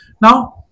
Now